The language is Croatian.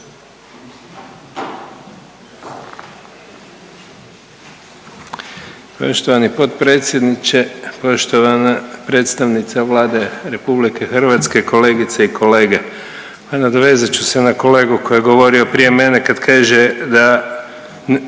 Poštovani potpredsjedniče, poštovana predstavnice Vlade RH, kolegice i kolege. A nadovezat ću se na kolegu koji je govorio prije mene kad kaže da